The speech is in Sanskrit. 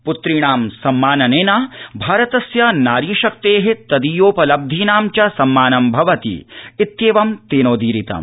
प्त्रीणां सम्माननेन भारतस्य नारीशक्ते तदीयोपलब्धीनां च सम्मानं भवति त्वीवं तेनोदिरितमं